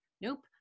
nope